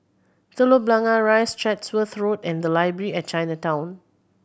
Telok Blangah Rise Chatsworth Road and Library at Chinatown